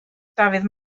dafydd